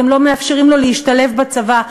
אתם לא מאפשרים לו להשתלב בצבא,